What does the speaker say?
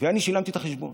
ואני שילמתי את החשבון.